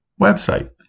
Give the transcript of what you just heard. website